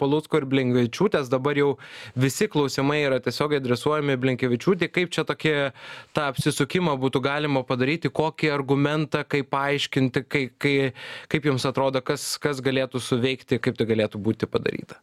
palucko ir blinkevičiūtės dabar jau visi klausimai yra tiesiogiai adresuojami blinkevičiūtei kaip čia tokį tą apsisukimą būtų galima padaryti kokį argumentą kaip paaiškinti kai kai kaip jums atrodo kas kas galėtų suveikti kaip tai galėtų būti padaryta